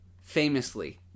famously